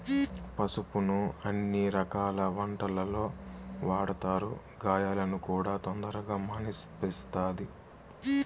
పసుపును అన్ని రకాల వంటలల్లో వాడతారు, గాయాలను కూడా తొందరగా మాన్పిస్తది